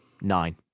Nine